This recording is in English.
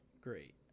great